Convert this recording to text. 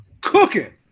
cooking